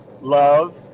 love